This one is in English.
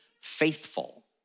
faithful